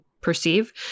perceive